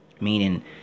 Meaning